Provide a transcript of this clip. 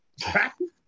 Practice